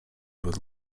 with